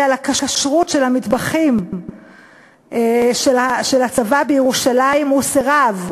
לכשרות של המטבחים של הצבא בירושלים הוא סירב.